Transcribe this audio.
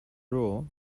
rule